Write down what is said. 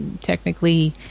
technically